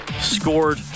scored